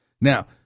Now